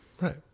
right